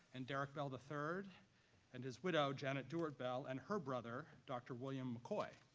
and derrick bell, the third and his widow, janet dewart bell and her brother, dr. william mccoy.